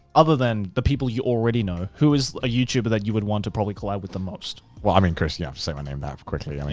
other than the people you already know, who is a youtuber that you would want to probably collab with the most? well, i mean, chris, you have to say my name quickly. i mean